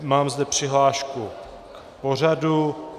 Mám zde přihlášku k pořadu.